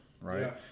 right